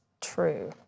true